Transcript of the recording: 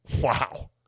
Wow